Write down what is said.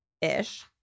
ish